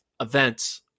events